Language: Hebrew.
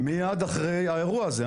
מיד אחרי האירוע הזה.